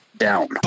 down